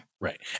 Right